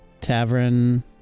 tavern